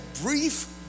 brief